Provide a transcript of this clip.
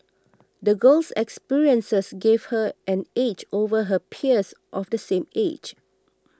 the girl's experiences gave her an edge over her peers of the same age